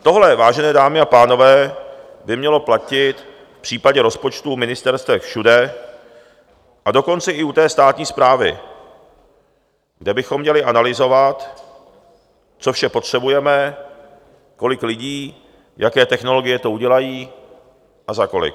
Tohle, vážené dámy a pánové, by mělo platit v případě rozpočtů ministerstev všude, a dokonce i u té státní správy, kde bychom měli analyzovat, co vše potřebujeme, kolik lidí, jaké technologie to udělají a za kolik.